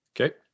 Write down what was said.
Okay